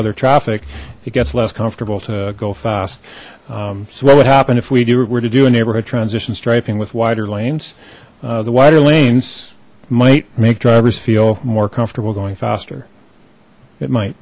other traffic it gets less comfortable to go fast so what would happen if we were to do a neighborhood transition striping with wider lanes the wider lanes might make drivers feel more comfortable going faster it might